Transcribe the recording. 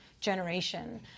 generation